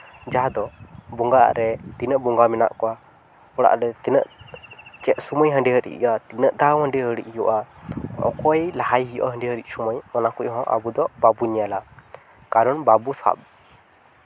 ᱡᱟᱦᱟᱸ ᱫᱚ ᱵᱚᱸᱜᱟᱜ ᱨᱮ ᱛᱤᱱᱟᱹᱜ ᱵᱚᱸᱜᱟ ᱢᱮᱱᱟᱜ ᱠᱚᱣᱟ ᱚᱲᱟᱜ ᱨᱮ ᱛᱤᱱᱟᱹᱜ ᱪᱮᱫ ᱥᱚᱢᱚᱭ ᱦᱟᱺᱰᱤ ᱦᱤᱨᱤᱡ ᱦᱩᱭᱩᱜᱼᱟ ᱛᱤᱱᱟᱹᱜ ᱴᱟ ᱦᱟᱺᱰᱤ ᱦᱤᱨᱤᱡ ᱦᱩᱭᱩᱜᱼᱟ ᱚᱠᱚᱭ ᱞᱟᱦᱟᱸᱭ ᱦᱩᱭᱩᱜᱼᱟ ᱦᱟᱺᱰᱤ ᱦᱤᱨᱤᱡ ᱥᱚᱢᱚᱭ ᱚᱱᱟ ᱠᱩᱡ ᱦᱚᱸ ᱟᱵᱚ ᱫᱚ ᱵᱟᱵᱚ ᱧᱮᱞᱟ ᱠᱟᱨᱚᱱ ᱵᱟᱵᱚ ᱥᱟᱵ